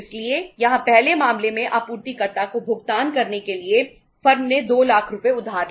इसलिए यहां पहले मामले में आपूर्तिकर्ता को भुगतान करने के लिए फर्म ने 2 लाख रुपए उधार लिए